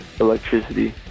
electricity